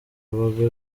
bagore